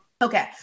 Okay